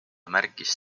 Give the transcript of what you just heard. märkis